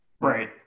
Right